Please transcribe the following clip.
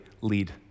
lead